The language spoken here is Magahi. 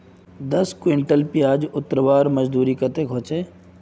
दस कुंटल प्याज उतरवार मजदूरी कतेक होचए?